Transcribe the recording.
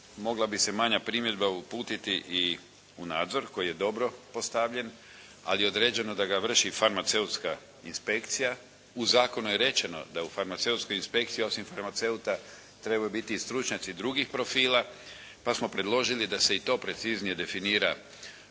mogla bi se manja primjedba uputiti i u nadzor koji je dobro postavljen, ali je određeno da ga vrši farmaceutska inspekcija. U zakonu je rečeno da u farmaceutskoj inspekciji osim farmaceuta trebaju biti i stručnjaci drugih profila pa smo predložili da se i to preciznije definira u